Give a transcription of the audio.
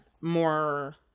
More